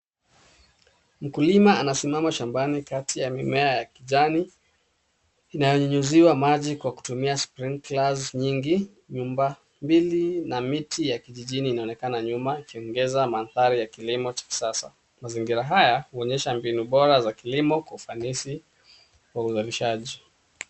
Mkulima anasimama shambani kati ya mimea ya kijani inayonyunyuziwa maji kwa kutumia sprinklers nyingi. Nyumba mbili na nyumba ya kijijini inaonekana nyuma ikiongeza mandhari ya kilimo cha sasa. Mazingira haya huonyesha mbinu bora za kilimo kwa ufanisi wa uzalishaji.